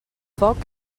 foc